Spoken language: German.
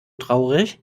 traurig